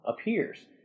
appears